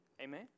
Amen